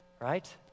right